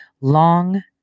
Long